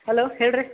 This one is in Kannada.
ಹಲೋ ಹೇಳಿ ರೀ